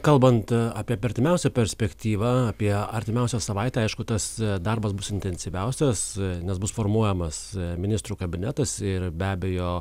kalbant apie pertimiausią perspektyvą apie artimiausią savaitę aišku tas darbas bus intensyviausias nes bus formuojamas ministrų kabinetas ir be abejo